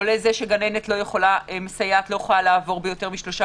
כולל זה שגננת וסייעת לא יכולה לעבור ביותר משלושה